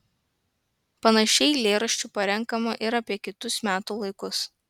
panašiai eilėraščių parenkama ir apie kitus metų laikus